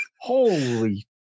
holy